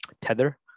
Tether